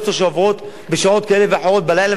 שלו שעוברות בשעות כאלה ואחרות בלילה,